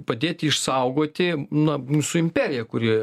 padėti išsaugoti na mūsų imperiją kuri